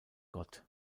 gott